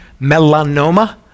melanoma